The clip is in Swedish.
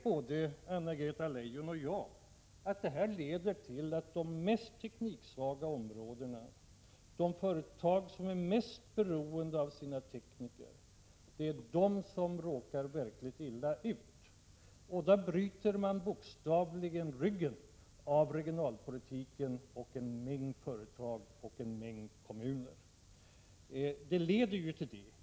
Både Anna-Greta Leijon och jag vet att detta leder till att de mest tekniksvaga områdena och de företag som är mest beroende av sina tekniker är de som råkar verkligt illa ut. Man bryter bokstavligen ryggen av regionalpolitiken och en mängd företag och kommuner. Det är ju vad det leder till.